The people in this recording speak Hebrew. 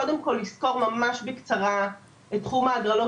קודם כל לסקור ממש בקצרה את תחום ההגדרות